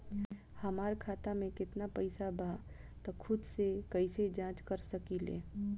हमार खाता में केतना पइसा बा त खुद से कइसे जाँच कर सकी ले?